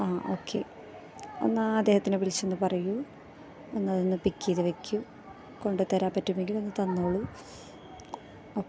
ആ ഓക്കെ ഒന്ന് ആ അദ്ദേഹത്തിനെ വിളിച്ചൊന്ന് പറയൂ ഒന്നതൊന്ന് പിക്ക് ചെയ്ത് വെക്കൂ കൊണ്ടതരാൻ പറ്റുമെങ്കില് ഒന്ന് തന്നോളൂ ഓക്കേ